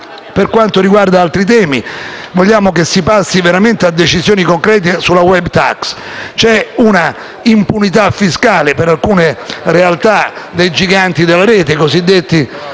Per quanto riguarda altri temi, vogliamo che si passi veramente a decisioni concrete sulla *web tax*. C'è una impunità fiscale per alcune realtà dei giganti della rete, i cosiddetti